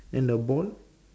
then the ball